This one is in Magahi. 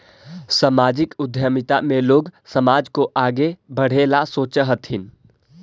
सामाजिक उद्यमिता में लोग समाज को आगे बढ़े ला सोचा हथीन